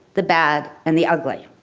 the bad and the ugly.